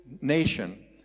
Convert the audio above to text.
nation